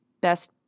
best